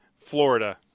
Florida